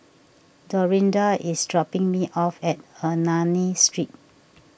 Dorinda is dropping me off at Ernani Street